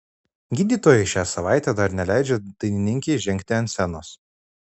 gydytojai šią savaitę dar neleidžia dainininkei žengti ant scenos